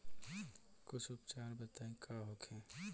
कुछ उपचार बताई का होखे?